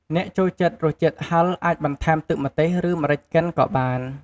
អ្នកចូលចិត្តរសជាតិហឹរ អាចបន្ថែមទឹកម្ទេស ឬម្រេចកិនក៏បាន។